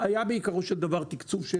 בעיקרו של דבר היה תקצוב.